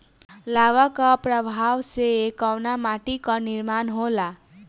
लावा क प्रवाह से कउना माटी क निर्माण होला?